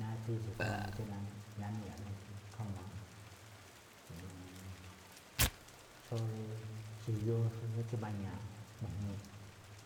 Ná tsí xu̱kú juun tsí na- namíñu̱ꞌ eꞌne ra̱khá má, xó rí xi̱yú tsí maña̱a̱ꞌ mo̱jmi̱i̱ꞌ,